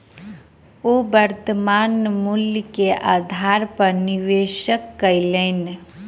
ओ वर्त्तमान मूल्य के आधार पर निवेश कयलैन